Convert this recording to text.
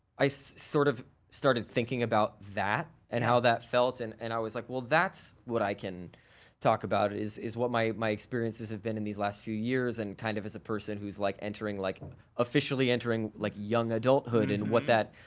i so sort of started thinking about that and how that felt and and i was like, well, that's what i can talk about, is is what my my experiences have been in these last few years. and kind of as a person who's like entering, like officially entering like young adulthood and what that,